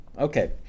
Okay